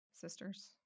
sisters